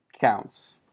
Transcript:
Counts